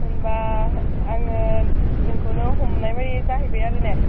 होनबा आङो नोंखौनो हमनाय बायदि जाहैबाय आरो ने